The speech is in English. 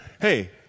hey